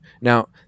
now